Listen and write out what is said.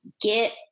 get